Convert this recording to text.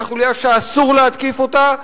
היא החוליה שאסור להתקיף אותה,